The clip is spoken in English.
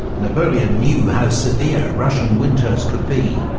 napoleon knew how severe russian winters could be,